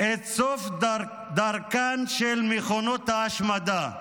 את סוף דרכן של מכונות ההשמדה,